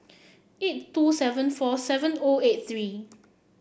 eight two seven four seven O eight three